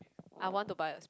I want to buy a